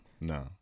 no